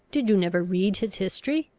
did you never read his history?